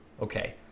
Okay